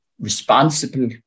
responsible